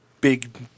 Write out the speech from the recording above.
big